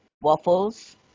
waffles